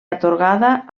atorgada